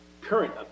current